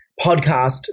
podcast